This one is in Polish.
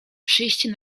przyjście